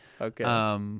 Okay